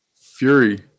Fury